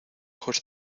ojos